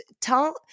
tell